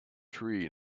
tree